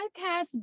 podcast